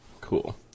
Cool